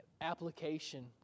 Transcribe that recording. Application